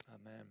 Amen